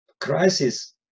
crisis